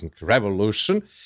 revolution